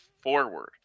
forward